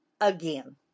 again